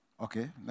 Okay